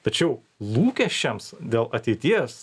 tačiau lūkesčiams dėl ateities